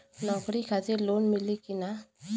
नौकरी खातिर लोन मिली की ना?